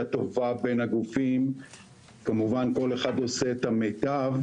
טובה בין הגופים כמובן כל אחד עושה את המיטב,